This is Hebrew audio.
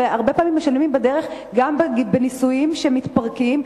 והרבה פעמים משלמים בדרך גם בנישואים שמתפרקים,